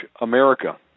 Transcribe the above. America